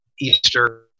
Easter